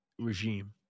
regime